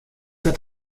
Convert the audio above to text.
hat